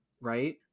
right